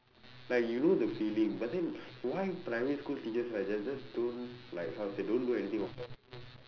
like you know the feeling but then why primary school teachers like they just don't like how to say don't do anything about it